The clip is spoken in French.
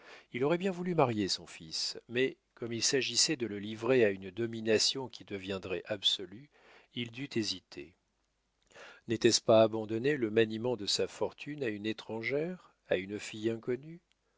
il aurait bien voulu marier son fils mais comme il s'agissait de le livrer à une domination qui deviendrait absolue il dut hésiter n'était-ce pas abandonner le maniement de sa fortune à une étrangère à une fille inconnue